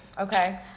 Okay